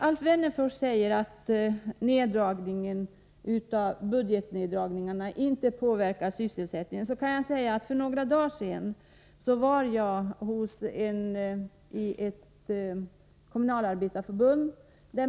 Alf Wennerfors säger att budgetneddragningarna inte påverkar sysselsättningen. Men då kan jag säga att för några dagar sedan var jag med på ett möte med representanter för Kommunalarbetareförbundet.